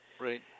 Right